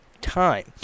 time